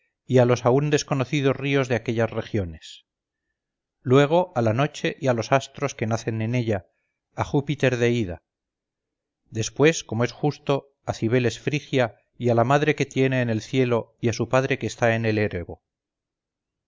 a los aun desconocidos ríos de aquellas regiones luego a la noche y a los astros que nacen en ella a júpiter de ida después como es justo a cibeles frigia y a la madre que tiene en el cielo y a su padre que está en el erebo